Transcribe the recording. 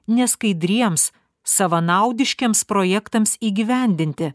neskaidriems savanaudiškiems projektams įgyvendinti